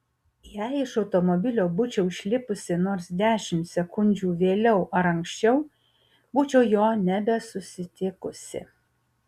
jei iš automobilio būčiau išlipusi nors dešimt sekundžių vėliau ar anksčiau būčiau jo nebesutikusi